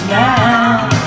now